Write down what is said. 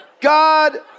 God